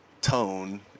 tone